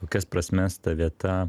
kokias prasmes ta vieta